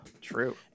True